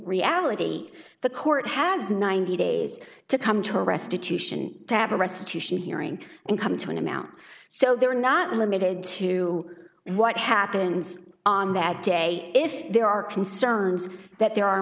reality the court has ninety days to come to a restitution to have a restitution hearing and come to an amount so they're not limited to what happens on that day if there are concerns that there are